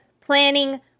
planning